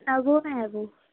نگوں میں ہے وہ